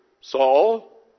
Saul